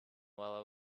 while